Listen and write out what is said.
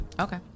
Okay